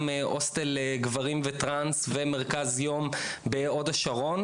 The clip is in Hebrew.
הוסטל לגברים וטרנס ומרכז יום בהוד השרון,